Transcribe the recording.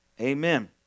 Amen